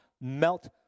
melt